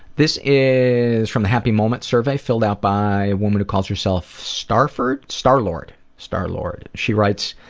this is from the happy moments survey filled out by a woman who calls her self starford? starlord. starlord. she writes.